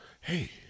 Hey